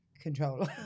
control